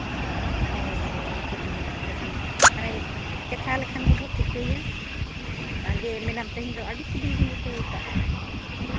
ᱢᱟᱱᱮ ᱪᱮᱫ ᱤᱧ ᱢᱮᱱᱟ ᱪᱮᱫ ᱡᱮ ᱢᱟᱱᱮ ᱪᱟᱠᱷᱟ ᱞᱮᱠᱷᱟᱱ ᱜᱮᱵᱚᱱ ᱴᱷᱤᱠᱟᱹᱭᱟ ᱵᱷᱟᱜᱮ ᱢᱮᱱᱟᱢ ᱛᱮᱦᱤᱧ ᱫᱚ ᱟᱹᱰᱤ ᱥᱤᱵᱤᱞᱜᱤᱧ ᱩᱛᱩ ᱟᱠᱟᱫᱟ